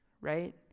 right